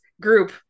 group